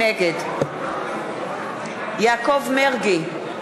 נגד יעקב מרגי,